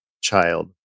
child